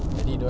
so